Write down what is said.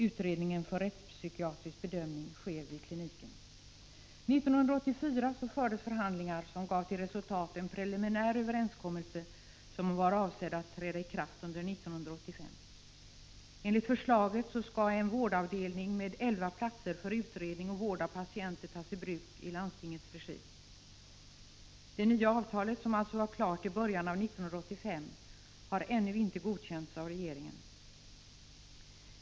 Utredningen för rättspsykiatrisk bedömning sker vid kliniken. 1984 fördes förhandlingar som gav till resultat en preliminär överenskommelse som var avsedd att träda i kraft under 1985. Enligt förslaget skall en vårdavdelning med elva platser för utredning om och vård av patienter tas i bruk i landstingets regi. Det nya avtalet, som alltså var klart i början av 1985, har ännu inte godkänts av regeringen.